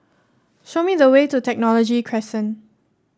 show me the way to Technology Crescent